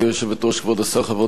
חברות וחברי הכנסת,